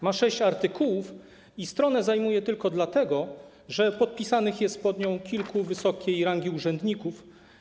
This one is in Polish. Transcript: Ma sześć artykułów i stronę zajmuje tylko dlatego, że podpisanych jest pod nią kilku wysokiej rangi urzędników.